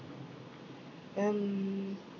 um